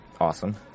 Awesome